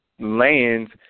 lands